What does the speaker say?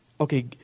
Okay